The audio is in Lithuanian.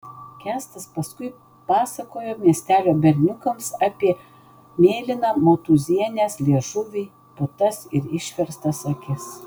kęstas paskui pasakojo miestelio berniukams apie mėlyną motūzienės liežuvį putas ir išverstas akis